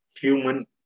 human